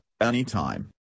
anytime